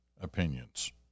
opinions